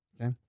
Okay